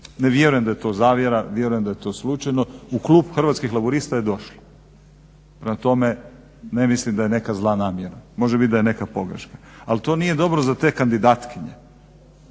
Ne vjerujem da je to zavjera, vjerujem da je to slučajno. U klub Hrvatskih laburista je došlo. Prema tome, ne mislim da je neka zla namjera. Može bit da je neka pogreška, ali to nije dobro za te kandidatkinje.